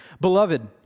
Beloved